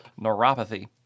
neuropathy